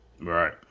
Right